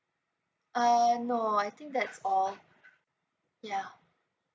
uh no I think that's all ya